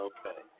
Okay